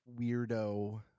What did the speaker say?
weirdo